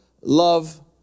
love